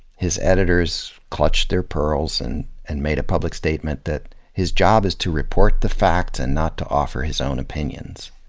his editors clutched their pearls and and made a public statement that his job is to report the facts and not to offer his own opinions.